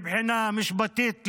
מבחינה משפטית,